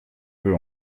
peu